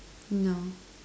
no